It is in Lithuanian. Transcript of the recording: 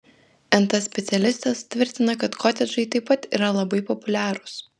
nt specialistas tvirtina kad kotedžai taip pat yra labai populiarūs